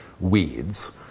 weeds